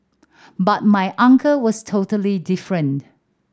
but my uncle was totally different